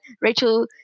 Rachel